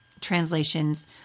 translations